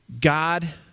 God